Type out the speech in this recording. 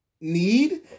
need